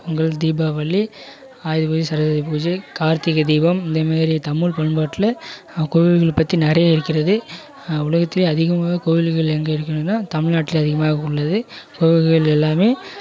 பொங்கல் தீபாவளி ஆயுத பூஜை சரஸ்வதி பூஜை கார்த்திகை தீபம் அதே மாதிரி தமிழ் பண்பாட்டில் கோவில்கள பற்றி நிறைய இருக்கிறது உலகத்திலேயே அதிகமாக கோயில்கள் எங்கே இருக்கிறதுன்னா தமிழ்நாட்டில் அதிகமாக உள்ளது கோவில்கள் எல்லாமே